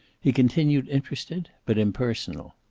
he continued interested, but impersonal.